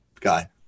guy